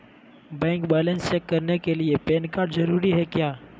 Bank balance check करने के लिए पैन कार्ड जरूरी है क्या?